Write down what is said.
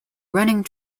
running